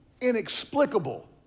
inexplicable